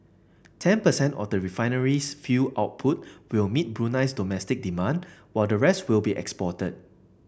ten percent of the refinery's fuel output will meet Brunei's domestic demand while the rest will be exported